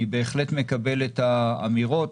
אני בהחלט מקבל את האמירות.